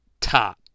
top